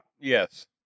yes